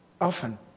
Often